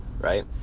right